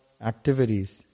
activities